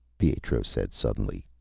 pietro said suddenly.